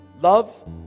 Love